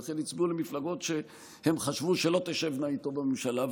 ולכן הצביעו למפלגות שהם חשבו שלא תשבנה איתו בממשלה,